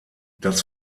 das